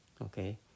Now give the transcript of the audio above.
Okay